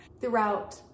throughout